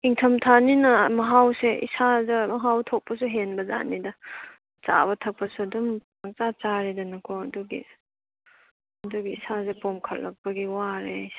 ꯏꯪꯊꯝ ꯊꯥꯅꯤꯅ ꯃꯍꯥꯎꯁꯦ ꯏꯁꯥꯗ ꯃꯍꯥꯎ ꯊꯣꯛꯄꯁꯨ ꯍꯦꯟꯕꯖꯥꯠꯅꯤꯗ ꯆꯥꯕ ꯊꯛꯄꯁꯨ ꯑꯗꯨꯝ ꯆꯞ ꯆꯥꯔꯦꯗꯅꯀꯣ ꯑꯗꯨꯒꯤ ꯑꯗꯨꯒꯤ ꯏꯁꯥꯁꯦ ꯄꯣꯝꯈꯠꯂꯛꯄꯒꯤ ꯋꯥꯔꯦ ꯑꯩꯁꯦ